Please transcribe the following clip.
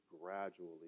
gradually